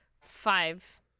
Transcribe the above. five